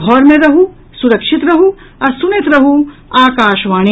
घर मे रहू सुरक्षित रहू आ सुनैत रहू आकाशवाणी